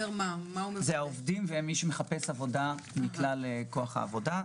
העובדים ומי שמחפש עבודה מכלל כוח העבודה.